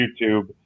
YouTube